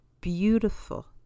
beautiful